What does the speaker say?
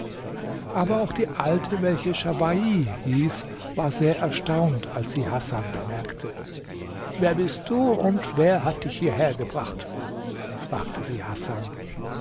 aber auch die alte welche schawahi hieß war sehr erstaunt als sie hasan bemerkte wer bist du und wer hat dich hierhergebracht fragte sie hasan